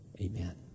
Amen